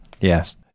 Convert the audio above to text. Yes